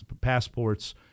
passports